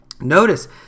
notice